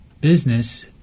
business